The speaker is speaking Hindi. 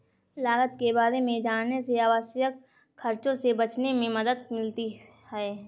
लागत के बारे में जानने से अनावश्यक खर्चों से बचने में मदद मिलती है